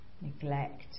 Neglect